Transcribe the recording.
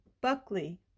Buckley